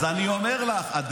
אני אומר לך,